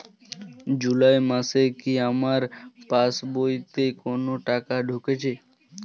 জুলাই মাসে কি আমার পাসবইতে কোনো টাকা ঢুকেছে?